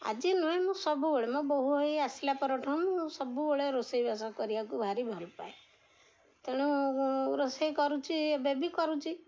ଆଜି ନୁହେଁ ମୁଁ ସବୁବେଳେ ମୋ ବୋହୁ ହେଇ ଆସିଲା ପରଠୁ ମୁଁ ସବୁବେଳେ ରୋଷେଇ ବାସ କରିବାକୁ ଭାରି ଭଲପାଏ ତେଣୁ ରୋଷେଇ କରୁଛି ଏବେ ବି କରୁଛି